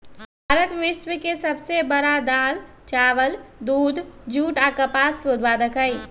भारत विश्व के सब से बड़ दाल, चावल, दूध, जुट आ कपास के उत्पादक हई